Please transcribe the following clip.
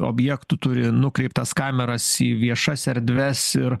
objektų turi nukreiptas kameras į viešas erdves ir